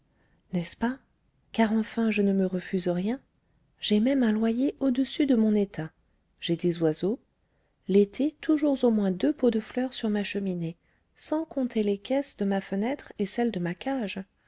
n'est-ce pas car enfin je ne me refuse rien j'ai même un loyer au-dessus de mon état j'ai des oiseaux l'été toujours au moins deux pots de fleurs sur ma cheminée sans compter les caisses de ma fenêtre et celle de ma cage